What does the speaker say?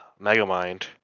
Megamind